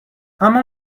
اما